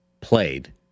played